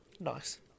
Nice